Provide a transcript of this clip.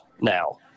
now